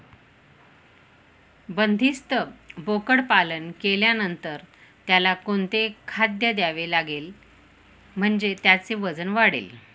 बंदिस्त बोकडपालन केल्यानंतर त्याला कोणते खाद्य द्यावे लागेल म्हणजे त्याचे वजन वाढेल?